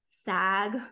sag